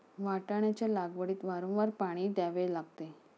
वाटाण्याच्या लागवडीत वारंवार पाणी द्यावे लागते